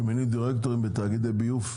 שמינוי דירקטורים בתאגידי הביוב,